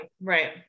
Right